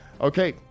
Okay